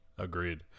Agreed